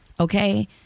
okay